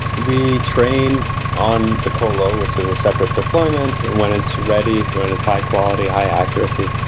we train on the co-lo which is a separate deployment or when it's ready, when its high-quality high accuracy,